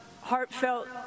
heartfelt